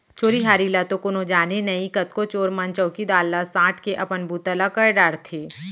चोरी हारी ल तो कोनो जाने नई, कतको चोर मन चउकीदार ला सांट के अपन बूता कर डारथें